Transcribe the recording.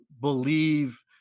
believe